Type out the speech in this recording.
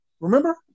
remember